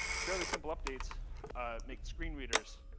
fairly simple updates make screen readers,